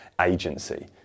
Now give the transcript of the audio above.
agency